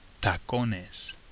Tacones